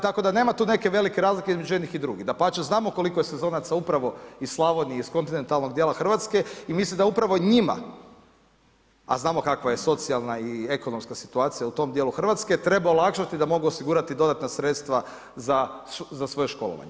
Tako da nema tu neke velike razlike između jednih i drugih, dapače, znamo koliko je sezonaca upravo iz Slavonije, iz kontinentalnog djela Hrvatske i mislim da upravo njima, a znamo kakva je socijalna i ekonomska situacija u tom djelu Hrvatske, treba olakšati da mogu osigurati dodatna sredstva za svoje školovanje.